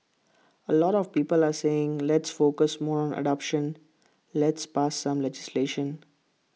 A lot of people are saying let's focus more on adoption let's pass some legislation